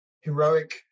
heroic